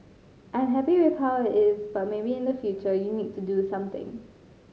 I'm happy with how it is but maybe in the future you need to do something